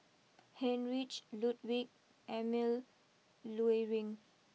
Heinrich Ludwig Emil Luering